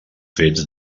fets